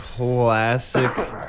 Classic